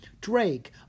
Drake